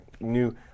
new